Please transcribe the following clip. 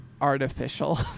artificial